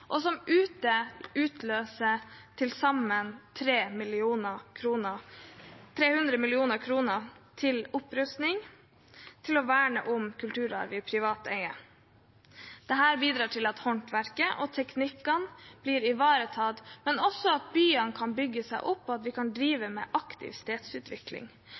og som utløser til sammen 300 mill. kr til opprustning og til å verne om kulturarv i privat eie. Dette bidrar til at håndverket og teknikkene blir ivaretatt, men også til at byene kan bygge seg opp, og at vi kan drive med aktiv